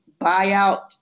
buyout